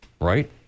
right